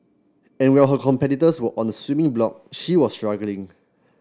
and while her competitors were on the swimming block she was struggling